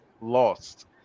lost